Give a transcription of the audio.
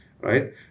right